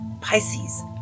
Pisces